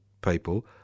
people